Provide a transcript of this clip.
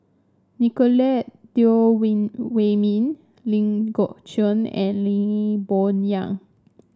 Nicolette Teo Wei Wei Min Ling Geok Choon and Lee Boon Yang